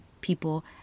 people